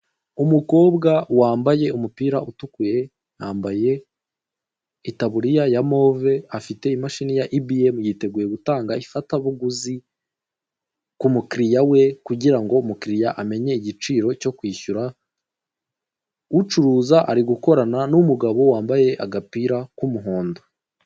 Umukobwa wambaye umupira utukura yambaye itaburiya ya move afite imashini ya ibiyemu yiteguye gutanga ifatabuguzi kumukiriya we kugirango umukiriya amenye igiciro cyo kwishyura. Ucuruza ari gukorana n'umugabo wambaye agapira k'umuhondo.